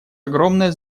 огромное